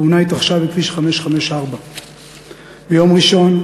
התאונה התרחשה בכביש 554. ביום ראשון,